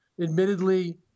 Admittedly